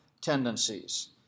tendencies